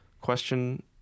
question